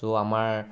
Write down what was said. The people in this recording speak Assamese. ছ' আমাৰ